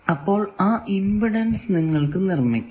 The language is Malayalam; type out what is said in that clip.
ഇത്തരത്തിൽ ആ ഇമ്പിഡൻസ് നിങ്ങൾക്കു നിർമിക്കാം